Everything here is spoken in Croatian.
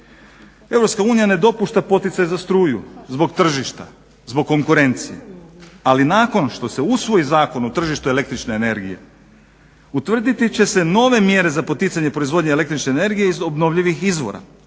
EU ne dopušta poticaj za struju zbog tržišta, zbog konkurencije ali nakon što se usvoji Zakon o tržištu električne energije utvrditi će se nove mjere za poticanje proizvodnje električne energije iz obnovljivih izvora